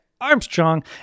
Armstrong